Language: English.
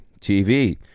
TV